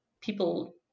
people